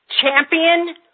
Champion